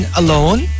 alone